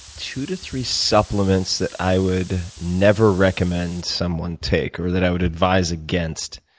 two to three supplements that i would never recommend someone take, or that i would advise against.